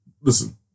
listen